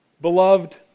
Beloved